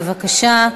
בבקשה,